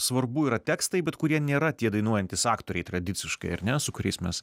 svarbu yra tekstai bet kurie nėra tie dainuojantys aktoriai tradiciškai ar ne su kuriais mes